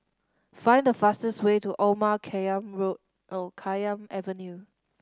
find the fastest way to Omar Khayyam Avenue